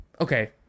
Okay